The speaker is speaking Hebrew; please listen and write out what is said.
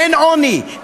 אין עוני,